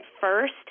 first